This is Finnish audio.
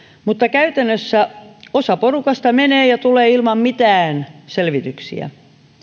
mutta käytännössä osa porukasta menee ja tulee ilman mitään selvityksiä